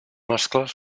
mascles